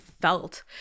felt